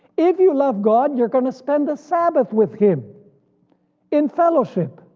if you love god you're gonna spend the sabbath with him in fellowship.